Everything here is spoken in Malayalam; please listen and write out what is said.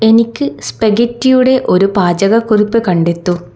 എനിക്ക് സ്പഗെറ്റിയുടെ ഒരു പാചകക്കുറിപ്പ് കണ്ടെത്തൂ